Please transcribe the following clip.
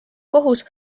kohus